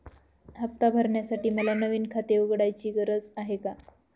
हफ्ता भरण्यासाठी मला नवीन खाते उघडण्याची गरज आहे का?